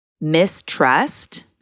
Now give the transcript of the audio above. mistrust